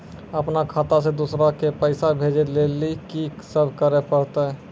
अपनो खाता से दूसरा के पैसा भेजै लेली की सब करे परतै?